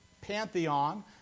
pantheon